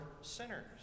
sinners